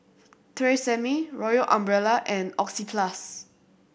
Tresemme Royal Umbrella and Oxyplus